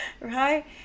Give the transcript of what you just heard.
Right